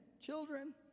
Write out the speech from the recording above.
children